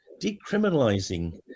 decriminalizing